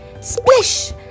Splish